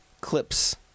clips